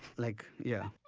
like, yeah.